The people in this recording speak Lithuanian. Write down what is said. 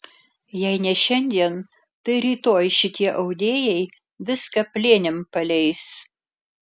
jei ne šiandien tai rytoj šitie audėjai viską plėnim paleis